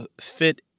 fit